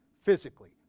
physically